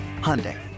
Hyundai